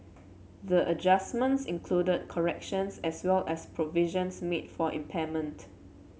the adjustments included corrections as well as provisions made for impairment